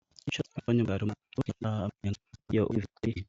Kifanya baru ya urithi.